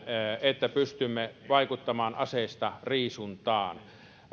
että pystymme vaikuttamaan aseistariisuntaan